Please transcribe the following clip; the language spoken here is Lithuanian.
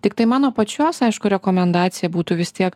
tiktai mano pačios aišku rekomendacija būtų vis tiek